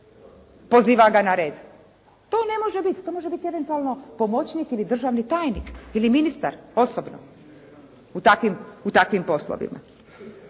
poziva ga na red. To ne može biti. To može biti eventualno pomoćnik ili državni tajnik ili ministar osobno. U takvim, u takvim